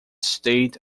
state